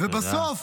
תודה.